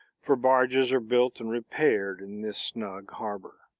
for barges are built and repaired in this snug harbor.